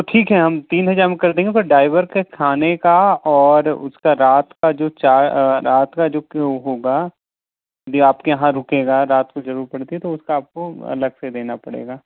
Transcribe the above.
ठीक है हम तीन हज़ार में कर देंगे पर ड्राइवर के खाने का और उसका रात का जो रात का जो होगा यदि आपके यहाँ रुकेगा रात को जरूरत पड़ती तो उसका आपको अलग से देना पड़ेगा